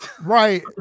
right